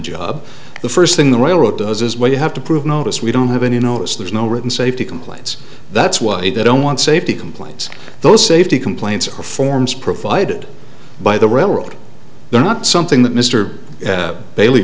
job the first thing the railroad does is where you have to prove notice we don't have any notice there's no written safety complaints that's what he don't want safety complaints those safety complaints are forms provided by the railroad they're not something that mr bailey